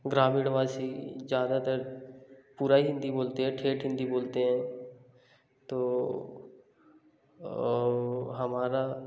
ग्रामीणवासी ज्यादातर पूरा हिंदी बोलते हैं ठेठ हिंदी बोलते हैं तो हमारा